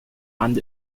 and